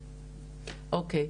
אוקי,